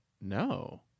No